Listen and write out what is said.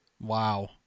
Wow